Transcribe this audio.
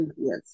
Yes